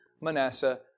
Manasseh